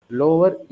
lower